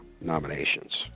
nominations